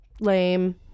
Lame